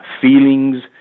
feelings